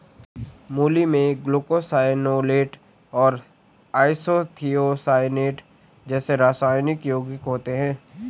मूली में ग्लूकोसाइनोलेट और आइसोथियोसाइनेट जैसे रासायनिक यौगिक होते है